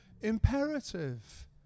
imperative